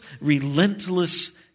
relentless